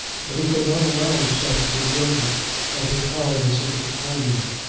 but he could not allow himself to be guilty of the cowardice of declining it.